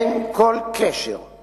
אין כל קשר בין